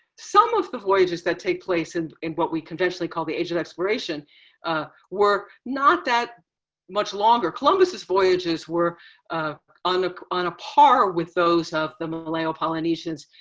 some of the voyages that take place in in what we conventionally call the age of exploration were not that much longer. columbus's voyages were and on a par with those of the malayo-polynesians,